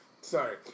sorry